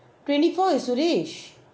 twenty four is suresh